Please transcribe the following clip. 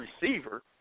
receiver